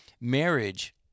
marriage—